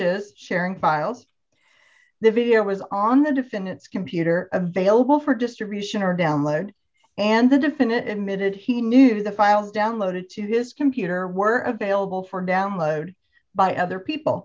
is sharing files the video was on the defendant's computer available for distribution or download and the definitive admitted he knew the files downloaded to his computer were available for download by other people